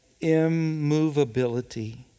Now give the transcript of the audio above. immovability